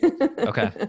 Okay